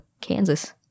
Kansas